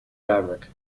fabric